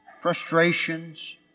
frustrations